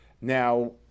Now